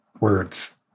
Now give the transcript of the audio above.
words